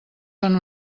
fan